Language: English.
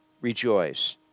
rejoice